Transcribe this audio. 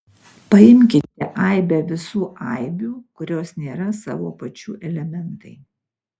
paimkite aibę visų aibių kurios nėra savo pačių elementai